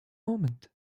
moment